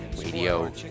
Radio